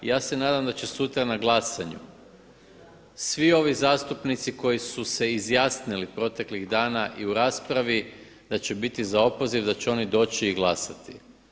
Ja se nadam da će sutra na glasanju svi ovi zastupnici koji su se izjasnili proteklih dana i u raspravi, da će biti za opoziv, da će oni doći i glasati.